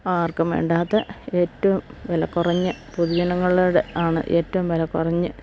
ആർക്കും വേണ്ടാത്ത ഏറ്റവും വിലകുറഞ്ഞ പൊതുജനങ്ങളോടാണ് ഏറ്റവും വിലകുറഞ്ഞ്